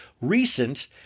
recent